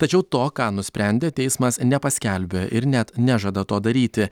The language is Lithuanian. tačiau to ką nusprendė teismas nepaskelbė ir net nežada to daryti